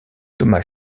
thomas